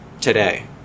today